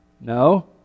No